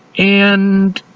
and